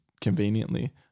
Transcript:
conveniently